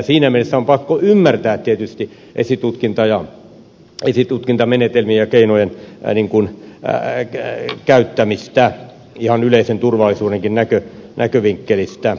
siinä mielessä on pakko ymmärtää tietysti esitutkintamenetelmien ja keinojen käyttämistä ihan yleisen turvallisuudenkin näkövinkkelistä